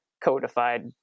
codified